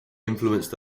influenced